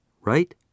right